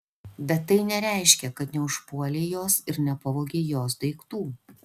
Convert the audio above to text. bet tai nereiškia kad neužpuolei jos ir nepavogei jos daiktų